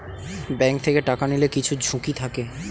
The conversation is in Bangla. ব্যাঙ্ক থেকে টাকা নিলে কিছু ঝুঁকি থাকে